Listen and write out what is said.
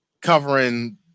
covering